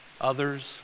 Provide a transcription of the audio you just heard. others